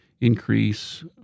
increase